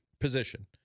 position